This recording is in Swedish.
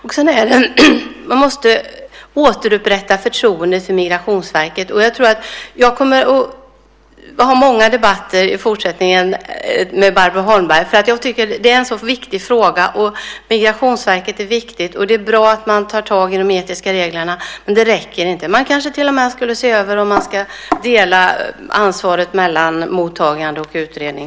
Vi måste återupprätta förtroendet för Migrationsverket. Jag tror att jag kommer att ha många debatter i fortsättningen med Barbro Holmberg, för jag tycker att det är en sådan viktig fråga och Migrationsverket är viktigt. Det är bra att man tar tag i de etiska reglerna, men det räcker inte. Man kanske till och med skulle se över om man till exempel ska dela ansvaret mellan mottagande och utredning.